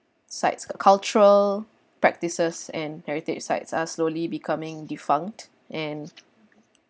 sides cultural practices and heritage sites are slowly becoming defunct and